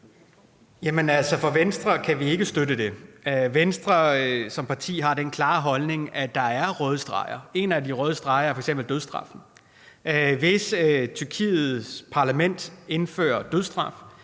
fra Venstres side kan vi ikke støtte det. Venstre har som parti den klare holdning, at der kan sættes nogle røde streger, og en af de røde streger er f.eks. dødsstraffen. Og hvis Tyrkiets parlament indfører dødsstraf,